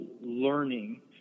learning